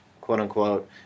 quote-unquote